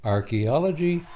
Archaeology